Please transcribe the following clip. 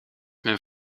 men